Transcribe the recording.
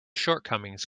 shortcomings